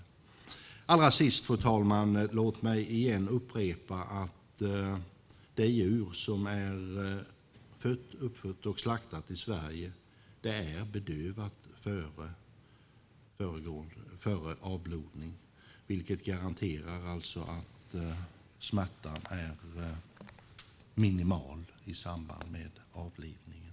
Låt mig allra sist, fru talman, upprepa att det djur som är fött, uppfött och slaktat i Sverige är bedövat före avblodning, vilket garanterar att smärtan är minimal i samband med avlivningen.